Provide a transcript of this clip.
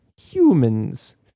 humans